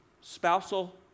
spousal